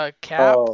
cap